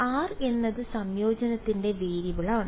r എന്നത് സംയോജനത്തിന്റെ വേരിയബിളാണ്